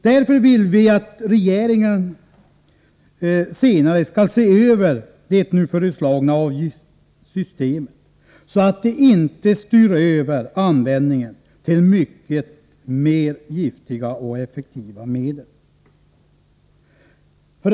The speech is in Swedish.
Därför vill vi att regeringen senare skall se över det nu föreslagna avgiftssystemet så att det inte styr över användningen till mycket mer giftiga och effektiva medel.